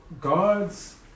God's